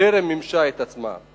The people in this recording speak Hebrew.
טרם מימשה את עצמה.